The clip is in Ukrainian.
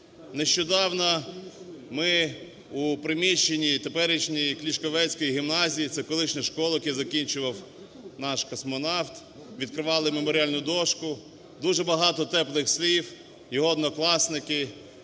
Нещодавно у приміщенні теперішній Клішковецької гімназії, це колишня школа, яку закінчував наш космонавт, відкривали меморіальну дошку. Дуже багато теплих слів його однокласники, його